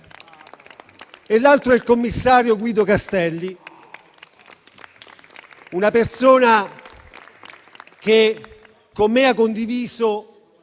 l'altra è il commissario Guido Castelli, che con me ha condiviso